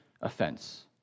offense